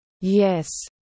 Yes